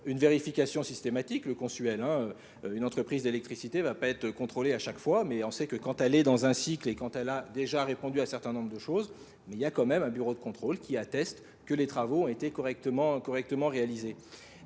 une vérification systématique, le consuel. Une entreprise d'électricité ne va pas être contrôlée à chaque fois, mais on sait que quand elle est dans un cycle et quand elle a déjà répondu à certains nombres de choses, il y a quand même un bureau de contrôle qui atteste que les travaux ont été correctement réalisés.